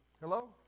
Hello